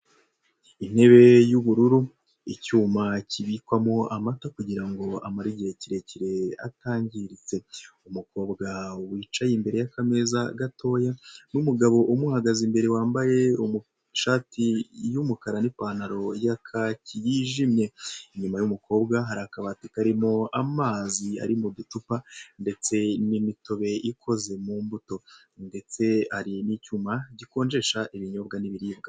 Intebe y'ubururu, icyuma kibikwamo amata kugira ngo amare igihe kirekire atangiritse. Umukobwa wicaye imbere y'akameza gatoya n'umugabo umuhagaze imbere wambaye ishati y'umukara n'ipantaro ya kacye yijimye. Inyuma y'umukobwa hari akabati karimo amazi ari mu ducupa ndetse n'imitobe ikoze mu mbuto ndetse hari n'icyuma gikonjesha ibinyobwa n'ibiribwa.